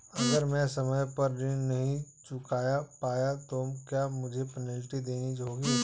अगर मैं समय पर ऋण नहीं चुका पाया तो क्या मुझे पेनल्टी देनी होगी?